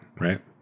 right